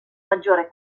maggiore